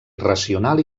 racional